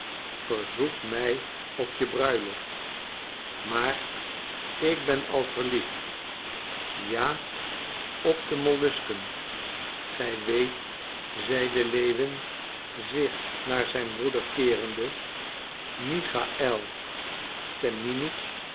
verzoek mij op je bruiloft maar ik ben al verliefd ja op de mollusken gij weet zeide lewin zich naar zijn broeder keerende michaël